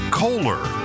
kohler